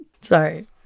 Sorry